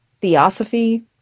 theosophy